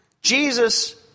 Jesus